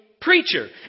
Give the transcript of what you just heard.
preacher